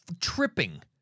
tripping